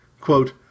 Quote